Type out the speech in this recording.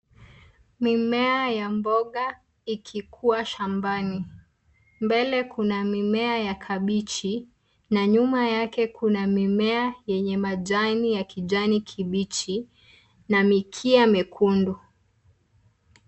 Mimea ya mboga ikikua shambani. Mbele kuna mimea ya kabichi, na nyuma yake kuna mimea yenye majani ya kijani kibichi na mikia myekundu.